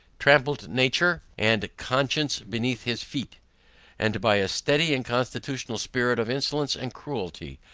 trampled nature and conscience beneath his feet and by a steady and constitutional spirit of insolence and cruelty,